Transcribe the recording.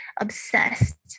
obsessed